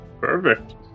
Perfect